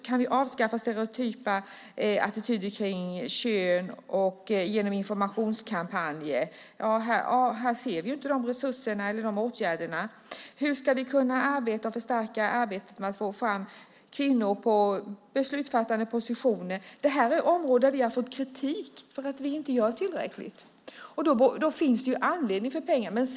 Kan vi avskaffa stereotypa attityder till kön genom informationskampanjer? Vi ser inte de resurserna eller åtgärderna. Hur ska vi kunna arbeta och förstärka arbetet med att få fram kvinnor på beslutsfattande positioner? Vi har fått kritik för att vi inte gör tillräckligt på dessa områden.